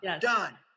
done